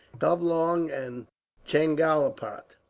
covelong and chengalpatt.